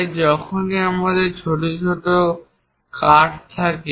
তাই যখনই আমাদের সেই ধরনের ছোট ছোট কাট থাকে